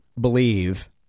believe